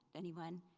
but anyone?